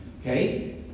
Okay